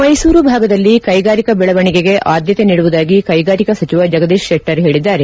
ಮೈಸೂರು ಭಾಗದಲ್ಲಿ ಕೈಗಾರಿಕಾ ಬೆಳವಣಿಗೆಗೆ ಆದ್ಯತೆ ನೀಡುವುದಾಗಿ ಕೈಗಾರಿಕಾ ಸಚಿವ ಜಗದೀಶ್ ಶೆಟ್ಲರ್ ಹೇಳಿದ್ದಾರೆ